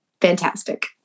fantastic